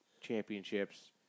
championships